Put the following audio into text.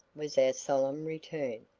was our solemn return.